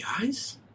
guys